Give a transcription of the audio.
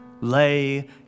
Lay